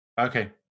Okay